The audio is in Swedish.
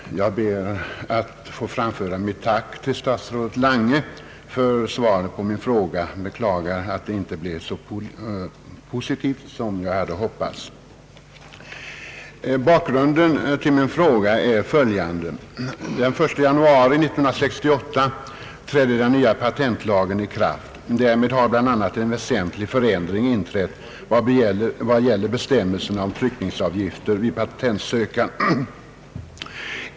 Herr talman! Jag ber att få framföra mitt tack till statsrådet Lange för svaret på min fråga och beklagar att det inte blev så positivt som jag hade hoppats. Bakgrunden till min fråga är följande. Den 1 januari 1968 trädde den nya patentlagen i kraft. Därmed har bl.a. en väsentlig förändring inträtt vad gäller bestämmelserna om tryckningsavgifter vid patentansökan.